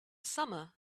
summer